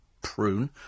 prune